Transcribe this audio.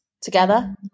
together